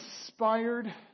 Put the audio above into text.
inspired